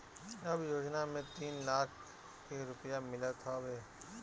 अब इ योजना में तीन लाख के रुपिया मिलत हवे